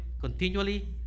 continually